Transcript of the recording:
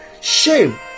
shame